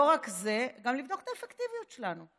לא רק זה, גם לבדוק את האפקטיביות שלנו.